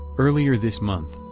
earlier this month,